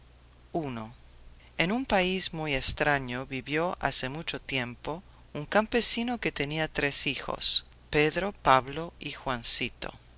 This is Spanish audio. fuerza en un país muy extraño vivió hace mucho tiempo un campesino que tenía tres hijos pedro pablo y juancito